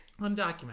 Undocumented